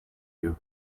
you